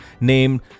named